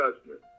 judgment